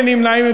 ואין נמנעים.